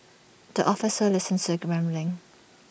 the officer listens the rambling